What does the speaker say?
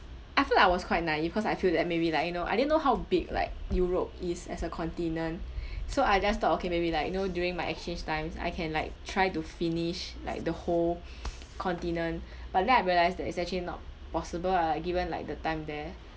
I feel like I was quite naive cause I feel that maybe like you know I didn't know how big like europe is as a continent so I just thought okay maybe like you know during my exchange times I can like try to finish like the whole continent but then I realised that it's actually not possible ah like given like the time there